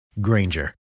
Granger